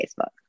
Facebook